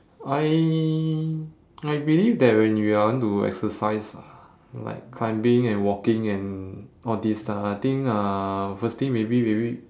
I I believe that when you are want to exercise ah like climbing and walking and all this ah I think uh first thing maybe maybe